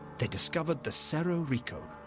they discovered the cerro rico,